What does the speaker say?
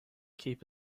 keep